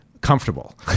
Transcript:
Comfortable